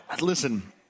listen